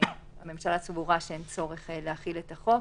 הממשלה סבורה שאין צורך להחיל את החוק.